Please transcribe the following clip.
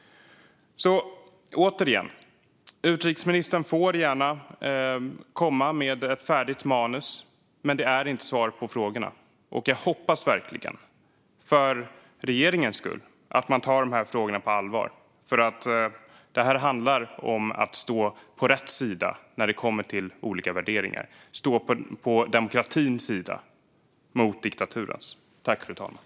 Återigen: Utrikesministern får gärna komma med ett färdigt manus, men det är inte svar på frågorna. Jag hoppas verkligen, för regeringens skull, att man tar de här frågorna på allvar. Det här handlar om att stå på rätt sida när det gäller olika värderingar och om att stå på demokratins sida mot en diktatur.